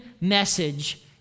message